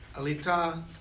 Alita